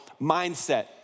mindset